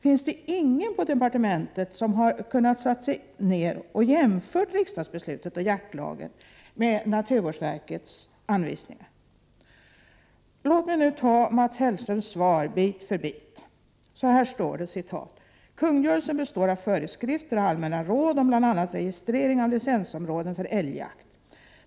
Finns det ingen på departementet som kunde ha satt sig ned och jämfört riksdagsbeslutet och jaktlagen med naturvårdsverkets anvisningar? Låt mig nu ta Mats Hellströms svar bit för bit. Så här står det i svaret: ”Kungörelsen består av föreskrifter och allmänna råd om bl.a. registrering av licensområden för älgjakt.